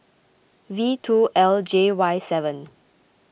V two L J Y seven